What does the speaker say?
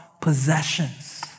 possessions